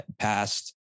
passed